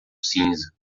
cinza